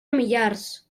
millars